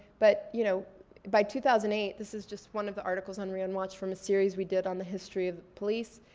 but you know by two thousand and eight this was just one of the articles on rioonwatch from a series we did on the history of police.